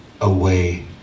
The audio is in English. away